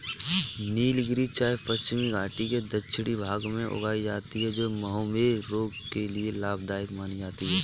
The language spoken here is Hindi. नीलगिरी चाय पश्चिमी घाटी के दक्षिणी भाग में उगाई जाती है जो मधुमेह रोग के लिए लाभदायक मानी जाती है